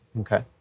Okay